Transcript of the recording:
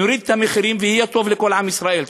נוריד את המחירים ויהיה טוב לכל עם ישראל.